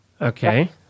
Okay